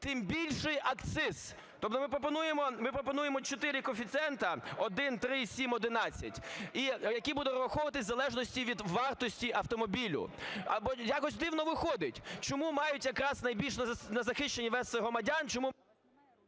тим більший акциз. Тобто ми пропонуємо чотири коефіцієнти: 1, 3, 7, 11 – який буде нараховуватись в залежності від вартості автомобілю. Бо якось дивно виходить, чому мають якраз найбільш незахищені верства громадян,